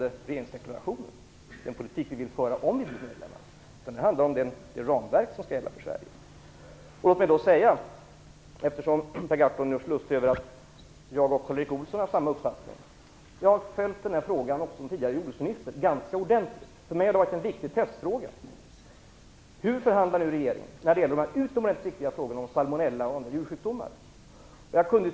Den politik som den socialdemokratiska regeringen vill föra om vi blir medlemmar har jag redovisat när jag citerade regeringsdeklarationen. Eftersom Per Gahrton gör sig lustig över att jag och Karl Erik Olsson har samma uppfattning vill jag säga att jag har följt den tidigare jordbruksministern ganska ordentligt när det gäller frågan om salmonella och andra djursjukdomar. För mig har just denna fråga varit en viktig testfråga. Jag ville se hur den dåvarande regeringen förhandlade i en så utomordentligt viktig fråga.